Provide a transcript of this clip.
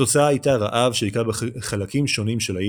התוצאה הייתה רעב שהכה בחלקים שונים של האי